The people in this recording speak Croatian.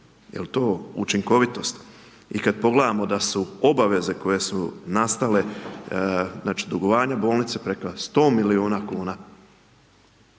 Je li to učinkovitost? I kad pogledamo da su obaveze koje su nastale, znači dugovanja bolnice preko 100 milijuna kn.